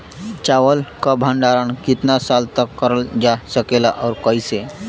चावल क भण्डारण कितना साल तक करल जा सकेला और कइसे?